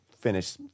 finish